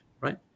right